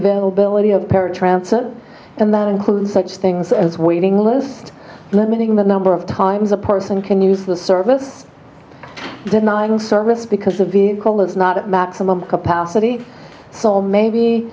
availability of paratransit and that includes such things as waiting list limiting the number of times a person can use the service denying service because the vehicle is not at maximum capacity so maybe